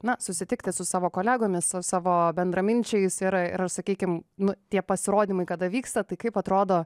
na susitikti su savo kolegomis su savo bendraminčiais ir ir sakykim nu tie pasirodymai kada vyksta tai kaip atrodo